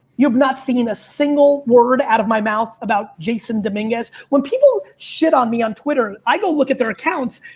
you have not seen a single word out of my mouth about jason dominguez. when people shit on me on twitter, i go look at their accounts.